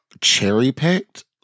cherry-picked